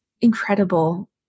incredible